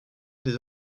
des